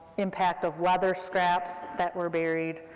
impact of leather scraps that were buried,